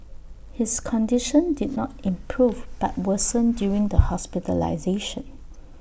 his condition did not improve but worsened during the hospitalisation